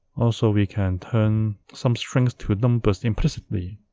also we can turn some strings to numbers implicitly